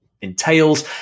entails